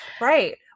Right